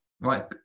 right